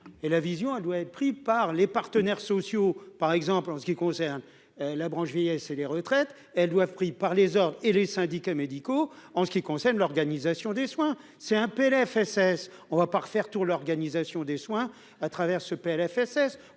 et la vision à, doit être pris par les partenaires sociaux, par exemple en ce qui concerne la branche vieillesse et les retraites, elles doivent pris par les ordres et les syndicats médicaux en ce qui concerne l'organisation des soins c'est un PLFSS on va pas refaire tout l'organisation des soins à travers ce PLFSS